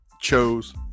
chose